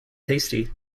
tasty